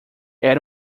era